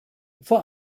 vor